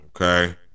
okay